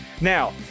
Now